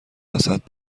وسط